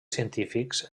científics